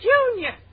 Junior